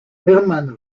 herman